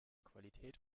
qualität